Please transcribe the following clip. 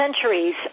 centuries